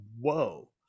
whoa